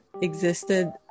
existed